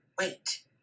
wait